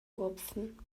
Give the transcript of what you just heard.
rupfen